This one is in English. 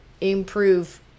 improve